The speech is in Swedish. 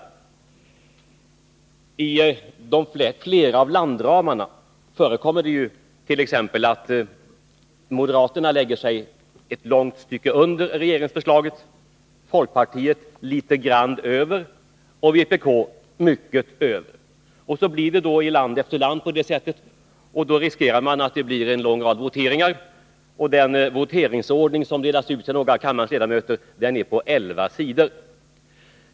Beträffande flera av landramarna förekommer det t.ex. att moderaterna lägger sig ett långt stycke under regeringsförslaget, folkpartiet litet grand över och vpk mycket över. Om det blir så för land efter land, riskerar man att det begärs en lång rad voteringar, och den voteringsordning som delats ut till några av kammarens ledamöter är på elva sidor.